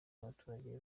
abaturage